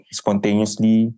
spontaneously